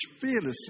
fearlessly